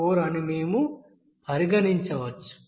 56714 అని మేము పరిగణించవచ్చు